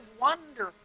wonderful